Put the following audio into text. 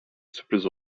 sürpriz